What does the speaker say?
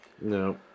No